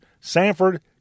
Sanford